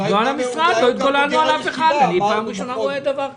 זאת פעם ראשונה שאני רואה דבר כזה.